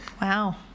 Wow